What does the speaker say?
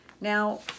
Now